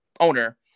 owner